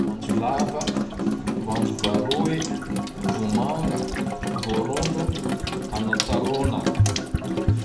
Voanjo lava, voanjo varoy, vomanga, voarondro, anantarona.